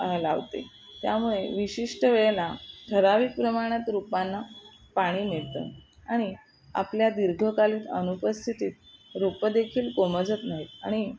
लावते त्यामुळे विशिष्ट वेळेला ठराविक प्रमाणात रोपांना पाणी मिळतं आणि आपल्या दीर्घकालीन अनुपस्थितीत रोपं देखील कोमेजत नाहीत आणि